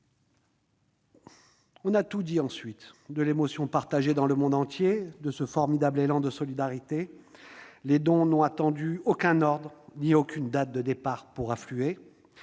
On a tout dit ensuite de l'émotion partagée dans le monde entier et du formidable élan de solidarité qui a suivi. Les dons n'ont attendu aucun ordre ni aucune date de départ pour affluer.